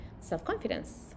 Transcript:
self-confidence